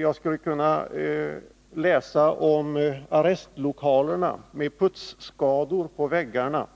Jag skulle kunna läsa om arrestlokalerna med putsskador på väggarna,